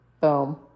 Boom